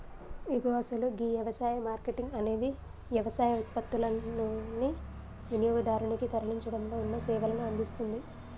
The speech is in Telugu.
ఇగో అసలు గీ యవసాయ మార్కేటింగ్ అనేది యవసాయ ఉత్పత్తులనుని వినియోగదారునికి తరలించడంలో ఉన్న సేవలను అందిస్తుంది